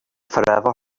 forever